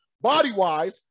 body-wise